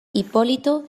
hipólito